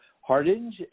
Hardinge